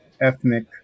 ethnic